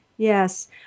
Yes